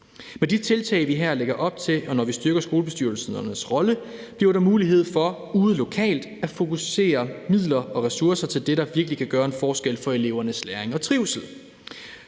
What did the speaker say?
Med de tiltag, vi her lægger op til, og når vi styrker skolebestyrelsernes rolle, bliver der mulighed for ude lokalt at fokusere midler og ressourcer til det, der virkelig kan gøre en forskel for elevernes læring og trivsel: